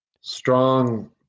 strong